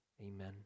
Amen